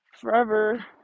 forever